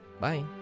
bye